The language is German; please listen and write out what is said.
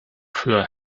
für